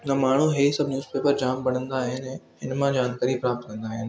त माण्हू इहे सभु न्यूज़ पेपर जाम पढ़ंदा आहिनि हिन मां जानकारी प्राप्तु कंदा आहिनि